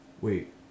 Wait